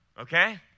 okay